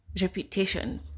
reputation